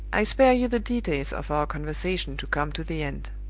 i spare you the details of our conversation to come to the end.